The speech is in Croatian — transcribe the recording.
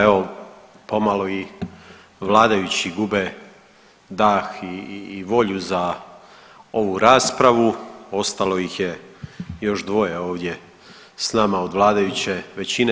Evo pomalo i vladajući gube dah i volju za ovu raspravu, ostalo ih je još dvoje ovdje s nama od vladajuće većine.